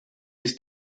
ist